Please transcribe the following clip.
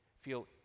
feel